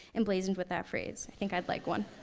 emblazoned with that phrase. i think i'd like one.